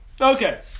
Okay